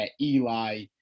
Eli